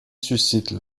suscite